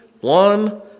One